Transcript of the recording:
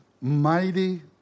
mighty